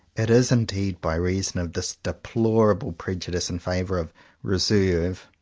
it is indeed by reason of this deplorable prejudice in favour of reserve,